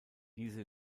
diese